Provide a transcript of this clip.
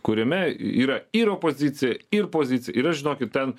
kuriame yra ir opozicija ir pozicija ir aš žinokit ten